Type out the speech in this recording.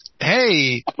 hey